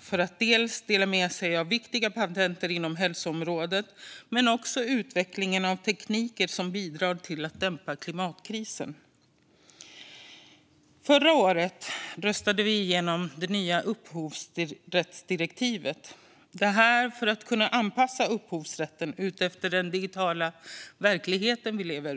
för att dela med sig av viktiga patent inom hälsoområdet men också när det gäller utvecklingen av tekniker som bidrar till att dämpa klimatkrisen. Förra året röstade vi igenom det nya upphovsrättsdirektivet, för att kunna anpassa upphovsrätten efter den digitala verklighet vi lever i.